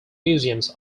museums